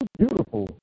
beautiful